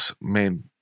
main